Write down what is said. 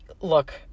look